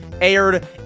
aired